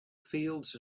fields